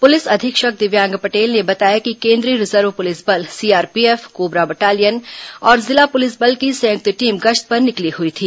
police अधीक्षक दिव्यांग पटेल ने बताया कि केंद्रीय रिजर्व पुलिस बल सीआरपीएफ कोबरा बटालियन और जिला पुलिस बल की संयुक्त टीम गश्त पर निकली हुई थी